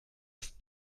ist